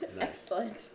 Excellent